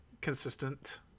consistent